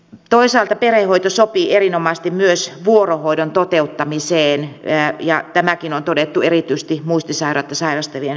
toisaalta perhehoito sopii erinomaisesti myös vuorohoidon toteuttamiseen ja tämäkin on todettu erityisesti muistisairautta sairastavien kohdalla